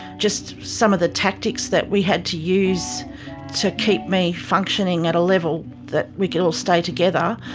just some of the tactics that we had to use to keep me functioning at a level that we could all stay together,